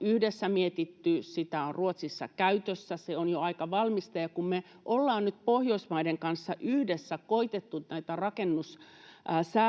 yhdessä mietitty, se on Ruotsissa käytössä, se on jo aika valmista. Kun me ollaan nyt Pohjoismaiden kanssa yhdessä koetettu näitä rakennussäädöksiä